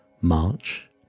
March